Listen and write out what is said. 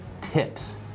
tips